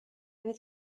fydd